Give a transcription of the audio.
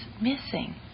missing